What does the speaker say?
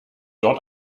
dort